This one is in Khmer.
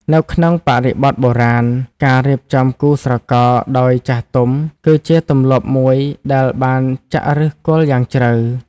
នៅក្នុងបរិបទបុរាណ ការរៀបចំគូស្រករដោយចាស់ទុំ គឺជាទម្លាប់មួយដែលបានចាក់ឫសគល់យ៉ាងជ្រៅ។